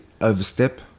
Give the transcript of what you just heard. overstep